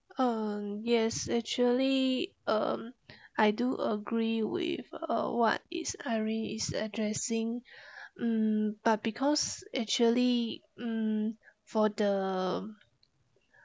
uh yes actually um I do agree with uh what is irene is addressing mm but because actually mm for the